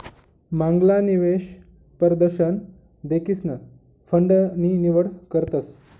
मांगला निवेश परदशन देखीसन फंड नी निवड करतस